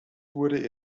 wurde